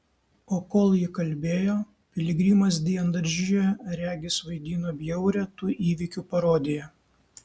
o kol ji kalbėjo piligrimas diendaržyje regis vaidino bjaurią tų įvykių parodiją